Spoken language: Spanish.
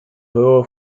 juego